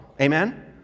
Amen